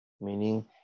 meaning